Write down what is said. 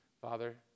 Father